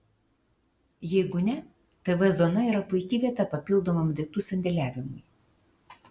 jeigu ne tv zona yra puiki vieta papildomam daiktų sandėliavimui